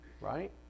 right